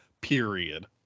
period